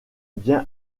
bien